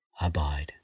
Abide